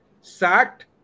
sacked